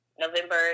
November